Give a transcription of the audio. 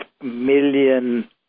million